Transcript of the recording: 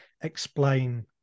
explain